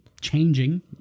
changing